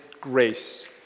grace